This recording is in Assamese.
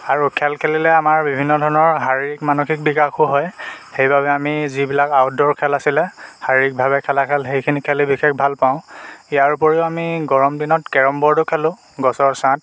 আৰু খেল খেলিলে আমাৰ বিভিন্ন ধৰণৰ শাৰীৰিক মানসিক বিকাশো হয় সেইবাবে আমি যিবিলাক আউটডৰ খেল আছিলে শাৰীৰিকভাৱে খেলা খেল সেইখিনি খেলি বিশেষ ভালপাওঁ ইয়াৰ উপৰিও আমি গৰম দিনত কেৰম বৰ্ডো খেলোঁ গছৰ ছাঁত